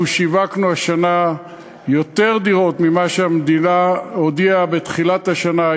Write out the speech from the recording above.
אנחנו שיווקנו השנה יותר דירות ממה שהמדינה הודיעה בתחילת השנה.